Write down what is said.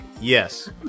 yes